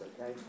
Okay